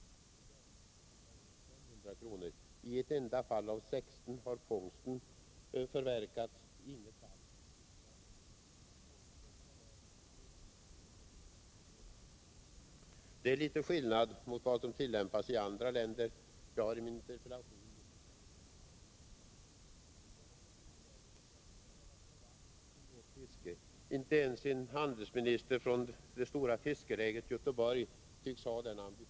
I ett enda av de 16 fallen har fångsten förverkats, men i inget fall redskapen. Fångsten var värd 2 325 kr. Det är litet skillnad mot vad som tillämpas i andra länder. Jag har i min interpellation gett exempel på vad det kostar. Är man inte i Sverige intresserad av att slå vakt om vårt fiske? Inte ens en handelsminister från det stora ”feskeläget” Göteborg tycks ha den ambitionen.